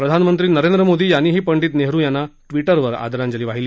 प्रधानमंत्री नरेंद्र मोदी यांनीही पंडित नेहरू यांना विजवर आदरांजली वाहिली